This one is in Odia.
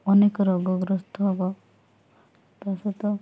ଅନେକ ରୋଗଗ୍ରସ୍ତ ହେବ ତା'ସହିତ